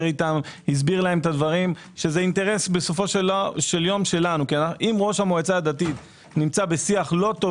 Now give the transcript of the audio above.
הסביר להם שזה אינטרס שלנו כי אם ראש המועצה הדתית נמצא בשיח לא טוב